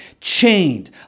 chained